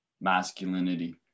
masculinity